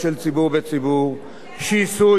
שיסוי של ציבור בציבור.